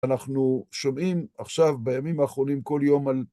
אנחנו שומעים עכשיו בימים האחרונים כל יום על...